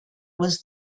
was